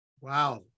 Wow